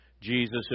Jesus